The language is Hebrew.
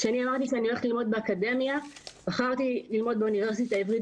כשאמרתי שאני הולכת ללמוד באקדמיה בחרתי ללמוד באוניברסיטה העברית